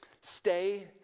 stay